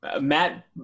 Matt